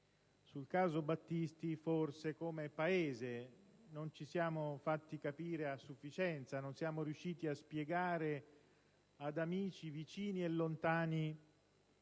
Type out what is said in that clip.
sul caso Battisti forse, come Paese, non ci siamo fatti capire a sufficienza: non siamo riusciti a spiegare ad amici vicini e lontani